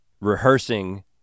rehearsing